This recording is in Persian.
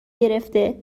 گرفته